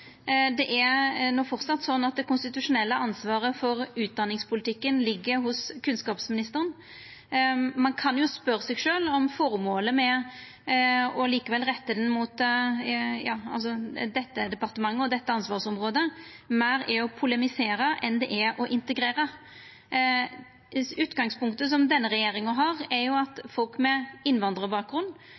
Det er framleis slik at det konstitusjonelle ansvaret for utdanningspolitikken ligg hos kunnskapsministeren. Ein kan spørja seg sjølv om formålet med å likevel retta interpellasjonen mot mitt departement og mot dette ansvarsområdet meir er å polemisera enn å integrera. Utgangspunktet som denne regjeringa har, er jo at folk med innvandrarbakgrunn